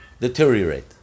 deteriorate